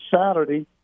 Saturday